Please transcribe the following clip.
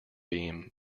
beam